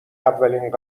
اولین